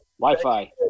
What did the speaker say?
Wi-Fi